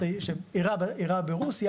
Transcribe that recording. אירע ברוסי,